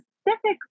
Specifically